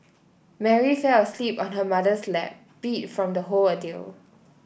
Mary fell asleep on her mother's lap beat from the whole ordeal